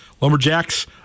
Lumberjacks